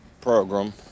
program